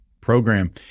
program